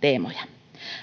teemoja